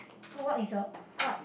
what is the what